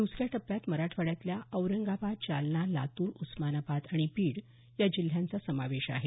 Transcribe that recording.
द्सऱ्या टप्प्यात मराठवाड्यातल्या औरंगाबाद जालना लातूर उस्मानाबाद बीड या जिल्ह्यांचा समावेश आहे